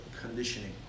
conditioning